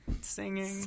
singing